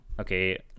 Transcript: Okay